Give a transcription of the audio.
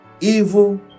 evil